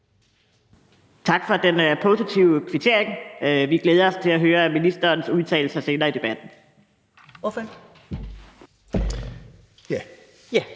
Tak for den positive kvittering. Vi glæder os til at høre ministerens udtalelser senere i debatten.